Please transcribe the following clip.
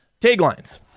taglines